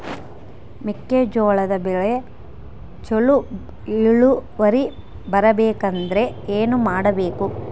ಮೆಕ್ಕೆಜೋಳದ ಬೆಳೆ ಚೊಲೊ ಇಳುವರಿ ಬರಬೇಕಂದ್ರೆ ಏನು ಮಾಡಬೇಕು?